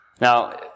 Now